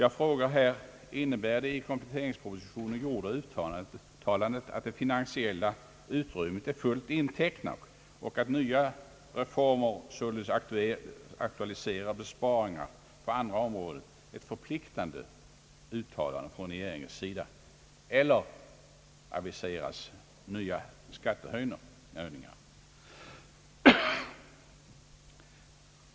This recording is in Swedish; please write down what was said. Jag frågar: Innebär det i kompletteringspropositionen gjorda uttalandet, att det statsfinansiella utrymmet är fullt intecknat och att nya reformer således aktualiserar besparingar på andra områden, ett förpliktigande uttalande från regeringens sida eller kommer det att aviseras nya skattehöjningar?